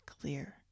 clear